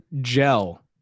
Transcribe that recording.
gel